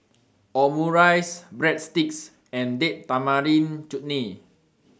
Omurice Breadsticks and Date Tamarind Chutney